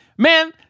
Man